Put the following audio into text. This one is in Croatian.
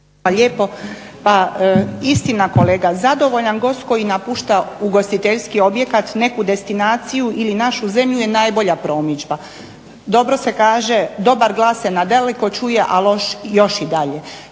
lijepo. Istina kolega, zadovoljan gost koji napušta ugostiteljski objekat, neku destinaciju ili našu zemlju je najbolja promidžba. Dobro se kaže, dobar glas se na daleko čuje, a loš još i dalje.